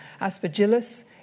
aspergillus